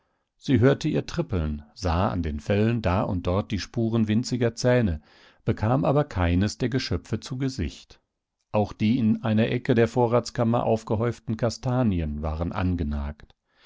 sie hörte ihr trippeln sah an den fellen da und dort die spuren winziger zähne bekam aber keines der geschöpfe zu gesicht auch die in einer ecke der vorratskammer aufgehäuften kastanien waren angenagt